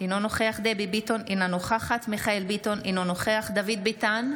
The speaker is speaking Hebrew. אינו נוכח משה ארבל, אינו נוכח יעקב אשר,